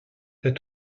t’as